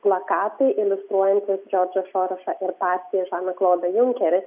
plakatai iliustruojantys džordžą sorošą ir patį žaną klodą junkerį